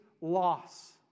loss